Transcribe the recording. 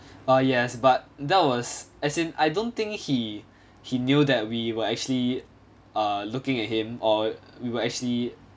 ah yes but that was as in I don't think he he knew that we were actually uh looking at him or we will actually